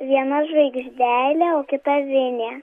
viena žvaigždelė o kita vinė